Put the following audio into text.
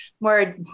more